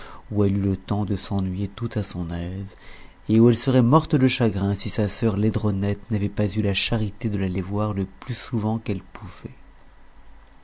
où elle eut le tems de s'ennuyer tout à son aise et où elle serait morte de chagrin si sa sœur laidronette n'avait pas eu la charité de l'aller voir le plus souvent qu'elle pouvait